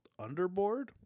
Underboard